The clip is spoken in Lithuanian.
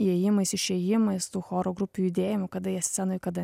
įėjimais išėjimais tų choro grupių judėjimų kada jie scenoj kada